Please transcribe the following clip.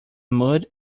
mud